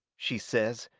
she says,